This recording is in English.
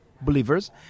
believers